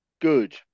good